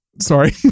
Sorry